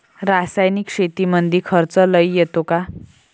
रासायनिक शेतीमंदी खर्च लई येतो का?